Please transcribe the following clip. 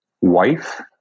wife